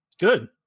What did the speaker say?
Good